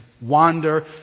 wander